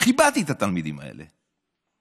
כיבדתי את התלמידים האלה.